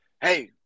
Hey